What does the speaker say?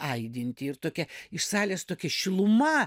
aidinti ir tokia iš salės tokia šiluma